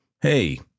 hey